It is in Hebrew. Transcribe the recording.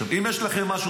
אם יש לכם משהו,